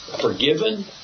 Forgiven